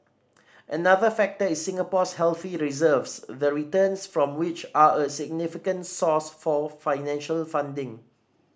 another factor is Singapore's healthy reserves the returns from which are a significant source for financial funding